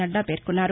నడ్దా పేర్కొన్నారు